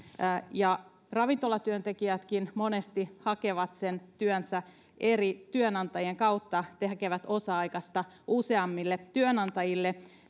ja ravintolatyöntekijätkin monesti hakevat sen työnsä eri työnantajien kautta tekevät osa aikaista useammille työnantajille